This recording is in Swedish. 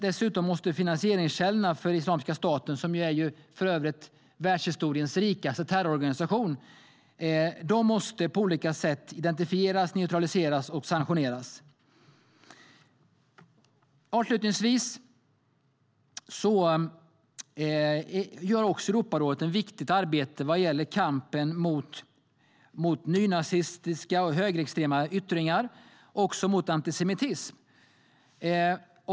Dessutom måste finansieringskällorna för Islamiska staten, som för övrigt är världshistoriens rikaste terrororganisation, på olika sätt identifieras, neutraliseras och bli föremål för sanktioner. Avslutningsvis gör Europarådet också ett viktigt arbete vad gäller kampen mot nynazistiska och högerextrema yttringar och också mot antisemitism.